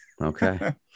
Okay